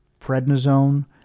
prednisone